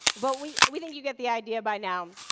but we we think you get the idea by now.